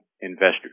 investors